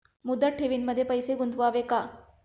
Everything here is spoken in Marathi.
मुदत ठेवींमध्ये पैसे गुंतवावे का?